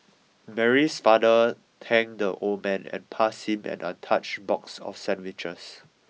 Mary's father thanked the old man and passed him an untouched box of sandwiches